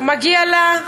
מגיע לה.